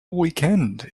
weekend